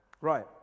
Right